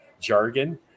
jargon